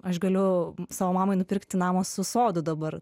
aš galiu savo mamai nupirkti namą su sodu dabar